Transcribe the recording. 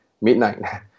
midnight